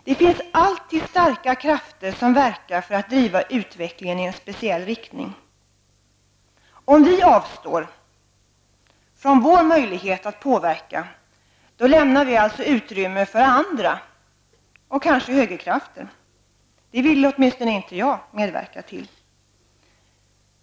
Det finns alltid starka krafter som verkar för att driva utvecklingen i en speciell riktning. Om vi avstår från vår möjlighet att påverka lämnar vi alltså utrymme för andra, kanske högerkrafter. Det vill åtminstone inte jag medverka till.